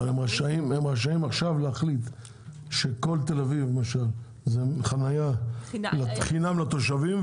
אבל הם רשאים עכשיו להחליט שכל תל אביב למשל זה חנייה חינם לתושבים,